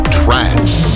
trance